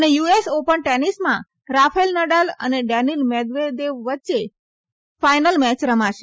અને US open ટેનીસમાં Rafael Nadal અને ડેનીલ મેદવેદેવ વચ્ચે ફાઈનલ મેચ રમાશે